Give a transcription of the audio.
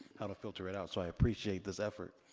how to filter it out. so, i appreciate this effort.